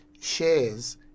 shares